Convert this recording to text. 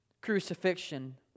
crucifixion